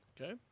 Okay